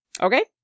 Okay